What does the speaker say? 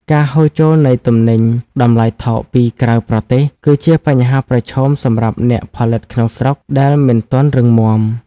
ការហូរចូលនៃទំនិញតម្លៃថោកពីក្រៅប្រទេស គឺជាបញ្ហាប្រឈមសម្រាប់អ្នកផលិតក្នុងស្រុកដែលមិនទាន់រឹងមាំ។